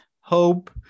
hope